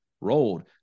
rolled